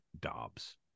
Dobbs